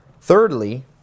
Thirdly